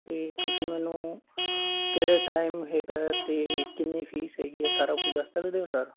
ਅਤੇ ਤੁਸੀਂ ਮੈਨੂੰ ਕਿਹੜੇ ਟਾਈਮ ਹੈਗਾ ਅਤੇ ਕਿੰਨੀ ਫੀਸ ਹੈਗੀ ਹੈ ਸਾਰਾ ਕੁਝ ਦੱਸ ਸਕਦੇ ਹੋ ਸਰ